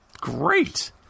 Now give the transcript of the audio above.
Great